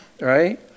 right